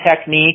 technique